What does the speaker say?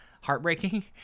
heartbreaking